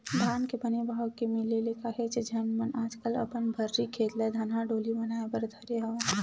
धान के बने भाव के मिले ले काहेच झन मन आजकल अपन भर्री खेत ल धनहा डोली बनाए बर धरे हवय